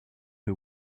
who